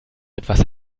etwas